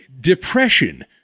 depression